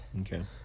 Okay